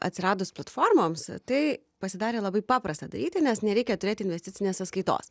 atsiradus platformoms tai pasidarė labai paprasta daryti nes nereikia turėti investicinės sąskaitos